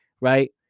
right